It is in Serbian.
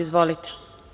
Izvolite.